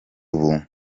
ubu